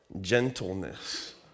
gentleness